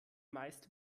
meist